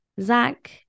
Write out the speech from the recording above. Zach